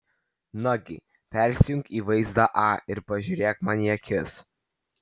nagi persijunk į vaizdą a ir pažiūrėk man į akis